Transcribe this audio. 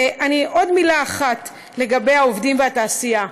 ועוד מילה אחת לגבי העובדים והתעשייה.